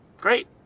Great